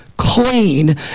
Clean